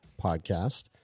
podcast